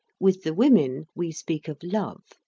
with the women, we speak of love,